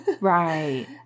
Right